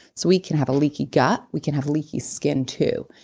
so we can have a leaky gut. we can have leaky skin too.